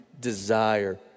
desire